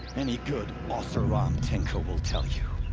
any good oseram tinker will tell you.